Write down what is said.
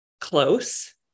close